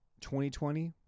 2020